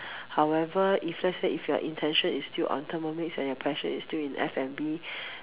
however if let's say if your intention is still on Thermomix and your passion is still in F_N_B